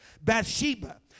Bathsheba